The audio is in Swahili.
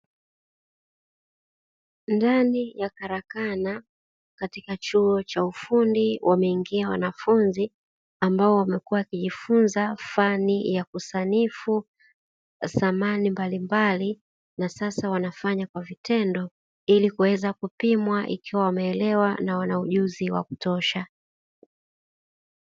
Ndani ya karakana katika chuo cha ufundi wameingia wanafunzi ambao wamekuwa wakijifunza fani ya kusanifu samani mbalimbali, na sasa wanafanya kwa vitendo ili kuweza kupimwa ikiwa wameelewa na wana ujuzi wa kutosha.